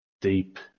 deep